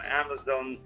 amazon